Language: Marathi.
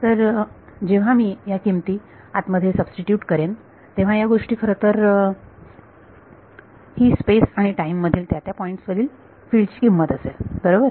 तर जेव्हा मी या किमती आत मध्ये सबस्टीट्यूट करेन तेव्हा या गोष्टी खरतर ही स्पेस आणि टाइम मधील त्या त्या पॉईंट्स वरील फील्ड ची किंमत असेल बरोबर